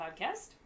podcast